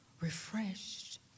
refreshed